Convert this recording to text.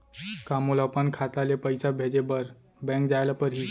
का मोला अपन खाता ले पइसा भेजे बर बैंक जाय ल परही?